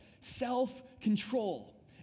self-control